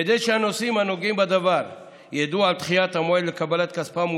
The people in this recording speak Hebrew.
כדי שהנוסעים הנוגעים בדבר ידעו על דחיית המועד לקבלת כספם,